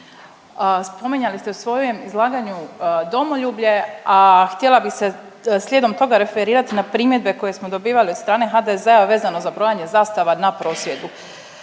spominjali ste u svojem izlaganju domoljublje, a htjela bih se slijedom toga referirati na primjedbe koje smo dobivali od strane HDZ-a vezano za brojanje zastava na prosvjedu.